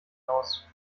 aus